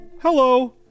Hello